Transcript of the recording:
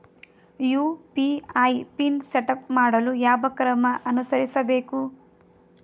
UPI PIN setup ಮಾಡಲು ಯಾವ ಕ್ರಮ ಅನುಸರಿಸಬೇಕು?